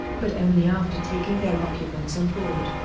but only after taking their occupants on board.